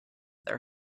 their